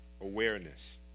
awareness